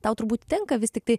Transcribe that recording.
tau turbūt tenka vis tiktai